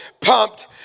pumped